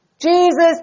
Jesus